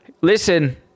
Listen